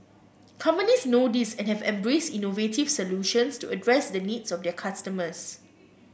companies know this and have embraced innovative solutions to address the needs of their customers